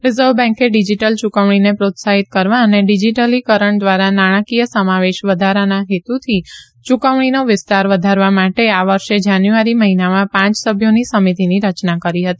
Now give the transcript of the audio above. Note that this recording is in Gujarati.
રીઝર્વ બેન્કે ડિજીટલ યૂકવણીને પ્રોત્સાહિત કરવા અને ડિજીટલીકરણ દ્વારા નાણાંકીય સમાવેશ વધારવાના હેતુથી ચૂકવણીનો વિસ્તાર વધારવા માટે આ વર્ષે જાન્યુઆરી મહિનામાં પાંચ સભ્યોની સમિતિની રચના કરી હતી